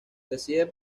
decide